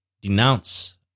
denounce